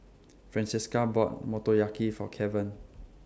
Francesca bought Motoyaki For Keven